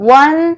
one